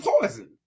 poison